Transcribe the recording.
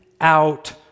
out